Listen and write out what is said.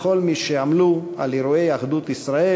לכל מי שעמלו על אירועי אחדות ישראל,